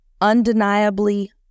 undeniably